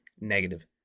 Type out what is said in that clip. negative